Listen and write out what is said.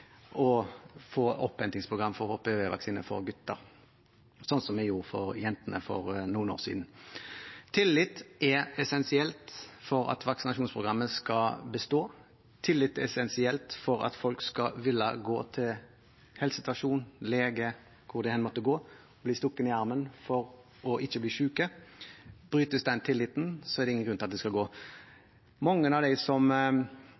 å få opphentingsprogram for HPV-vaksine for gutter, slik som vi gjorde for jentene for noen år siden. Tillit er essensielt for at vaksinasjonsprogrammet skal bestå. Tillit er essensielt for at folk vil gå til helsestasjon, lege – hvor enn de måtte gå – og bli stukket i armen for ikke å bli syke. Brytes den tilliten, er det ingen grunn til at det skal gå. Mange av dem som